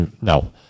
no